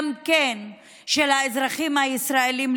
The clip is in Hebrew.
גם של האזרחים הישראלים,